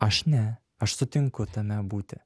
aš ne aš sutinku tame būti